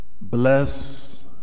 bless